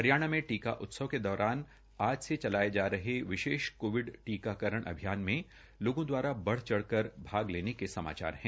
हरियाणा में टीका उत्सव के दौरान आज से चलाये जा रहे विशेष कोविड टीकाकरण अभियान में लोगों दवारा बढ़ चढ़ का भाग लेने के समाचार है